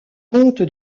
comte